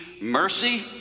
mercy